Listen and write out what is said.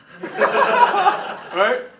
Right